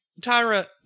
Tyra